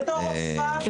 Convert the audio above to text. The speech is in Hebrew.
בתור רופאה, אני